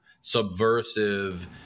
subversive